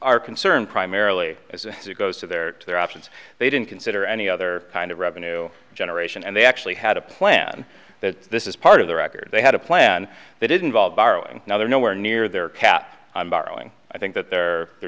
are concerned primarily as it goes to their their options they didn't consider any other kind of revenue generation and they actually had a plan that this is part of the record they had a plan they didn't fall borrowing now they're nowhere near their cat i'm borrowing i think that they're they're